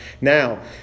now